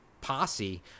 posse